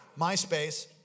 MySpace